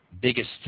biggest